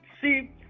see